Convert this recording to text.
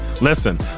Listen